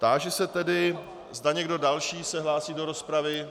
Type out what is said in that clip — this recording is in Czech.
Táži se, zda někdo další se hlásí do rozpravy.